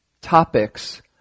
topics